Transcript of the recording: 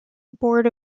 board